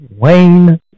Wayne